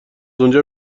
اونجا